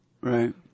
Right